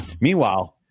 meanwhile